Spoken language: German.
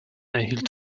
erhielt